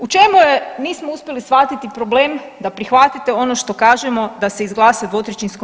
U čemu je, nismo uspjeli shvatiti, problem da prihvatite ono što kažemo da se izglasa 2/